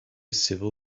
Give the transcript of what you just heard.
civil